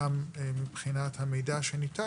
גם מבחינת שניתן,